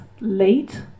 late